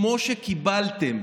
כמו שקיבלתם